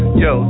yo